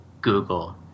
Google